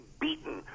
beaten